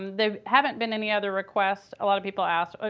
there haven't been any other requests. a lot of people asked. i